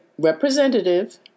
representative